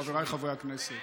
חבריי חברי כנסת,